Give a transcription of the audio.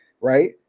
Right